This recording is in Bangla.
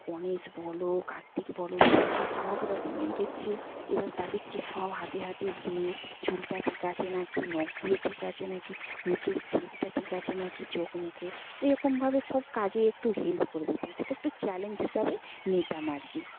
গনেশ বলো কার্তিক বলো লক্ষ্মী সব রকমের হচ্ছে এবার তাদেরকে সব হাতে হাতে যেয়ে চুলটা ঠিক আছে না কি নখগুলো ঠিক আছে না কি মুখের শেপটা ঠিক আছে না কি চোখ মুখে এরকমভাবে সব কাজে একটু হেল্প করে দিতাম সেটা একটু চ্যালেঞ্জ হিসাবে নিতাম আর কি